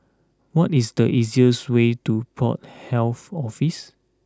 what is the easiest way to Port Health Office